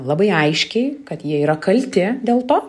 labai aiškiai kad jie yra kalti dėl to